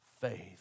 faith